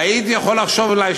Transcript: והייתי יכול לחשוב אולי,